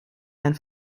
ein